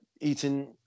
eating